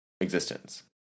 existence